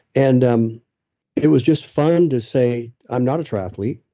and um it was just fun to say i'm not a triathlete,